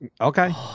Okay